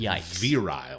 virile